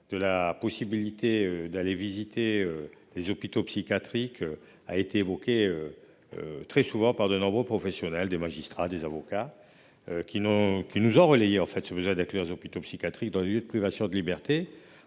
Cette possibilité d'aller visiter les hôpitaux psychiatriques a été très souvent évoquée, par de nombreux professionnels, des magistrats, des avocats, qui nous ont fait part de la nécessité d'intégrer les hôpitaux psychiatriques dans des lieux de privation de liberté.